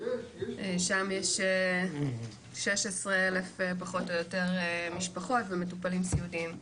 שם יש פחות או יותר 16,000 משפחות ומטופלים סיעודיים.